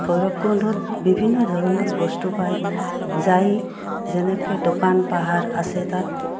ভৈৰৱকুণ্ডত বিভিন্ন ধৰণৰ বস্তু পায় যাই যেনেকে দোকান পাহাৰ আছে তাত